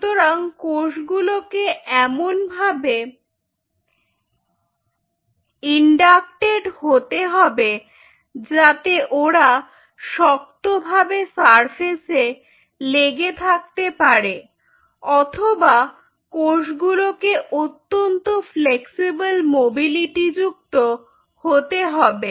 সুতরাং কোষগুলোকে এমনভাবে ইন্ডাক্টেড হতে হবে যাতে ওরা শক্তভাবে সারফেসে লেগে থাকতে পারে অথবা কোষগুলোকে অত্যন্ত ফ্লেক্সিবেল মোবিলিটি যুক্ত হতে হবে